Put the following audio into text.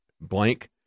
blank